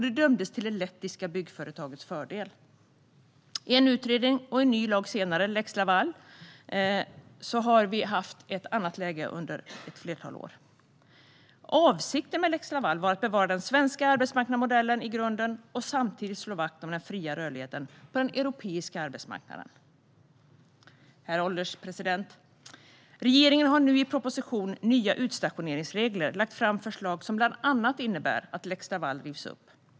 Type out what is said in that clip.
Det dömdes till det lettiska byggföretagets fördel. En utredning och en ny lag, lex Laval, senare har vi haft ett annat läge under ett flertal år. Avsikten med lex Laval var att bevara den svenska arbetsmarknadsmodellen i grunden och samtidigt slå vakt om den fria rörligheten på den europeiska arbetsmarknaden. Herr ålderspresident! Regeringen har nu i propositionen Nya utstatio neringsregler lagt fram förslag som bland annat innebär att lex Laval rivs upp.